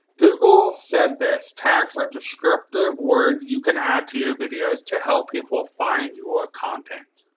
google said this tags are descriptive words you can add to your videos to help people find your content.